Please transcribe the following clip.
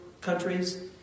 countries